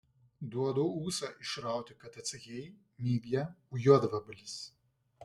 duodu ūsą išrauti kad atsakei mygia juodvabalis